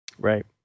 Right